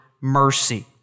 mercy